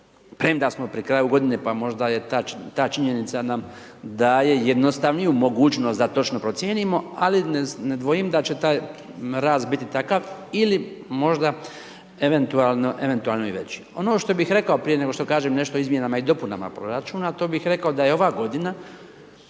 premda smo pri kraju godine pa možda je ta činjenica nam daje jednostavniju mogućnost da točnije procijenimo, ali ne dvojim da će taj rast biti takav ili možda eventualno, eventualno i veći. Ono što bih rekao prije nego što kažem nešto o izmjenama i dopunama proračuna to bih rekao da je ova godina